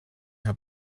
her